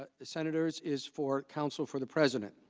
the senators is for counsel for the president